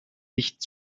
nicht